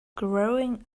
growing